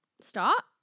stop